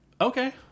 okay